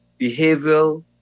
behavioral